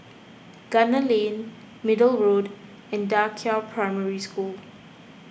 Gunner Lane Middle Road and Da Qiao Primary School